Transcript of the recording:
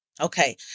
Okay